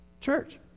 Church